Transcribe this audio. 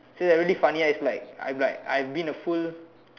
so it's really funny ah it's like I like I've been a fool